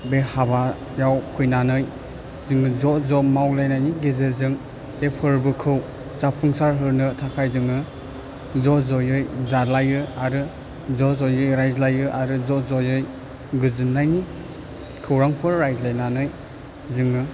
बे हाबायाव फैनानै जोङो ज' ज' मावलायनायनि गेजेरजों बे फोरबोखौ जाफुंसार होनो थाखाय जोङो ज' ज'यै जालायो आरो ज' ज'यै रायज्लायो आरो ज' ज'यै गोजोन्नायनि खौरांफोर रायज्लायनानै जोङो